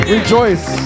Rejoice